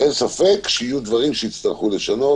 אין ספק שיהיו דברים שנצטרך לשנות,